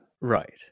right